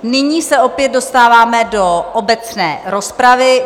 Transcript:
Nyní se opět dostáváme do obecné rozpravy.